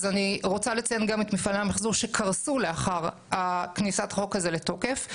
אז אני רוצה לציין גם את מפעלי המחזור שקרסו לאחר כניסת החוק הזה לתוקף.